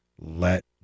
let